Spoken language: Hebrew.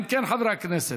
אם כן, חברי הכנסת,